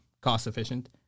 cost-efficient